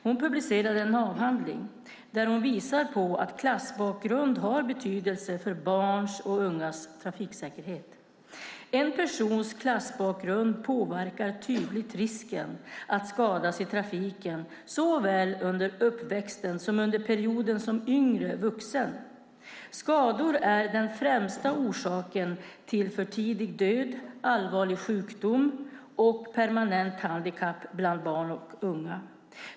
Hon har publicerat en avhandling där hon visar på att klassbakgrund har betydelse för barns och ungas trafiksäkerhet. En persons klassbakgrund påverkar tydligt risken att skadas i trafiken såväl under uppväxten som under perioden som yngre vuxen. Skador är den främsta orsaken till för tidig död, allvarlig sjukdom och permanent handikapp bland barn och unga.